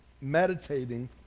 meditating